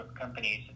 companies